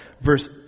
verse